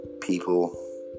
people